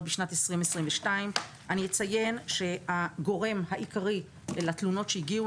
בשנת 2022. אני אציין שהגורם העיקרי לתלונות שהגיעו